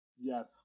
Yes